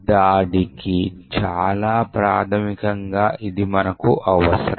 cను run చేస్తాము మరియు e2 నుండి ఇన్పుట్ను పాస్ చేస్తాము